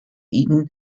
eton